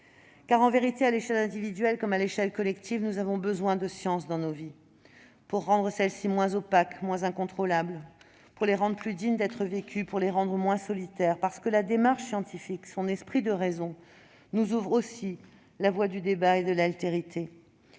Car, en vérité, à l'échelle individuelle comme à l'échelle collective, nous avons besoin de science dans nos vies, pour rendre celles-ci moins opaques et moins incontrôlables, pour les rendre plus dignes d'être vécues, pour les rendre moins solitaires, parce que la démarche scientifique et son esprit de raison nous ouvrent aussi la voie du débat et de l'altérité.